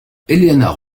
eleanor